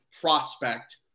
prospect